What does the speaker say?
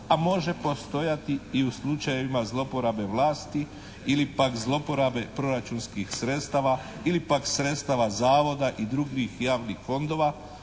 a može postojati i u slučajevima zlouporabe vlasti ili pak zlouporabe proračunskih sredstava ili pak sredstava zavoda i drugih javnih fondova,